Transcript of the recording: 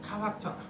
character